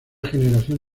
generación